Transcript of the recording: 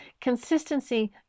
consistency